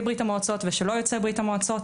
ברית המועצות ושלא יוצאי ברית המועצות,